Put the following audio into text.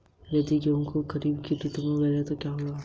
कीट प्रबंधन क्या है?